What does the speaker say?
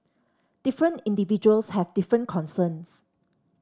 different individuals have different concerns